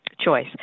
choice